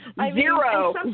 zero